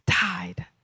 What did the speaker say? died